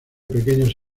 pequeños